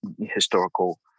historical